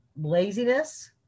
laziness